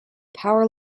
power